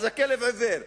הכלב עיוור.